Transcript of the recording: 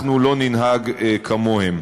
אנחנו לא ננהג כמוהם.